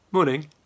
Morning